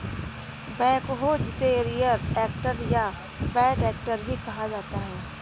backhoe जिसे rear actor या back actor भी कहा जाता है